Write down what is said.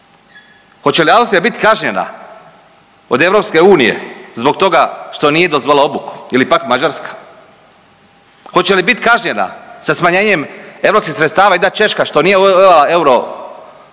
Hoće li Austrija biti kažnjena od EU zbog toga što nije dozvolila obuku ili pak Mađarska? Hoće li biti kažnjena sa smanjenjem europskih sredstava jedna Češka što nije uvela